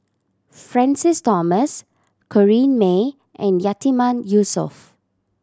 Francis Thomas Corrinne May and Yatiman Yusof